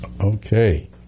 Okay